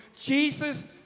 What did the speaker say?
Jesus